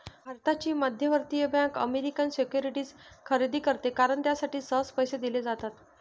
भारताची मध्यवर्ती bank American securities खरेदी करते कारण त्यासाठी सहज पैसे दिले जातात